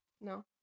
No